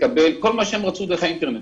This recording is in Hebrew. כל מה שרצו דרך האינטרנט.